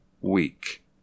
week